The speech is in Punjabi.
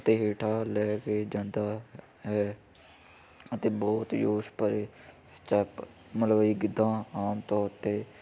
ਅਤੇ ਹੇਠਾਂ ਲੈ ਕੇ ਜਾਂਦਾ ਹੈ ਅਤੇ ਬਹੁਤ ਜੋਸ਼ ਬਾਰੇ ਸਟੈਪ ਮਤਲਬ ਗਿੱਧਾ ਆਮ ਤੌਰ 'ਤੇ